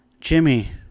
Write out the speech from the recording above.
Jimmy